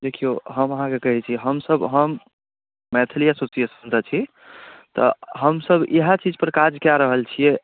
देखियौ हम अहाँकेँ कहै छी हमसभ हम मैथिली एसोसिएटके सदस्य छी तऽ हमसभ इएह चीजपर काज कए रहल छियै